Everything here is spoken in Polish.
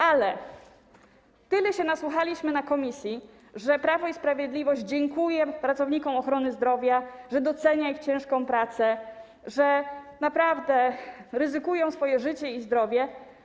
A tyle się nasłuchaliśmy na posiedzeniu komisji, że Prawo i Sprawiedliwość dziękuje pracownikom ochrony zdrowia, że docenia ich ciężką pracę, że naprawdę ryzykują swoje życie i zdrowie.